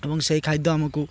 ଏବଂ ସେଇ ଖାଦ୍ୟ ଆମକୁ